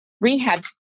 Rehab